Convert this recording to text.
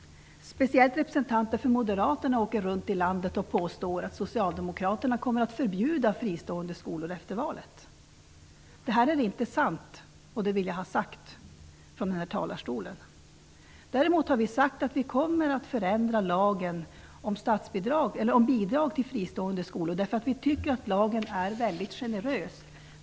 Speciellt representanter för Moderaterna åker runt i landet och påstår att socialdemokraterna kommer att förbjuda fristående skolor efter valet. Det är inte sant; det vill jag ha sagt från denna talarstol. Däremot har vi sagt att vi kommer att förändra lagen om bidrag till fristående skolor, därför att vi tycker att lagen är väldigt generös.